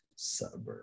Suburb